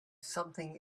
something